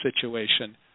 situation